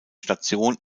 station